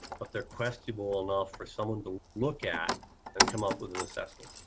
but their questionable enough for someone to look at and come up with an assessment.